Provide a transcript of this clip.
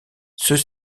ceux